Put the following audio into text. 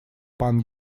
пан